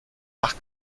nach